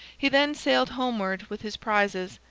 he then sailed homeward with his prizes,